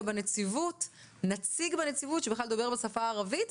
בנציבות נציג שבכלל דובר את השפה הערבית.